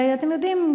ואתם יודעים,